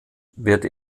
wird